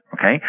Okay